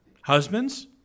Husbands